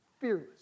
fearless